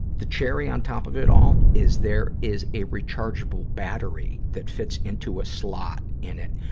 the cherry on top of it all, is there is a rechargeable battery that fits into a slot in it.